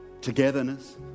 togetherness